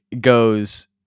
goes